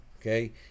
Okay